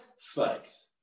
faith